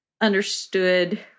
understood